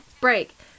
break